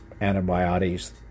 antibiotics